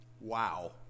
Wow